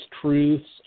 truths